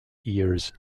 ears